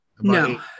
No